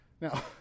Now